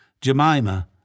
Jemima